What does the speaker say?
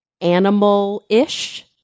animal-ish